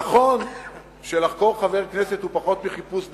נכון שלחקור חבר כנסת זה פחות מחיפוש בכליו.